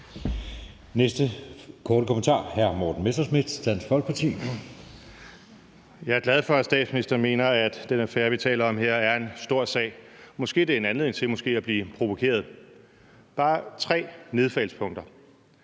Folkeparti. Kl. 00:50 Morten Messerschmidt (DF): Jeg er glad for, at statsministeren mener, at den affære, vi taler om her, er en stor sag. Måske er det en anledning til at blive provokeret. Jeg har bare tre nedslagspunkter: